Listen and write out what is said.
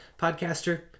podcaster